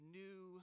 new